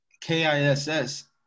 K-I-S-S